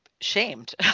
shamed